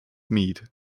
meet